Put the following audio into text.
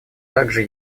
также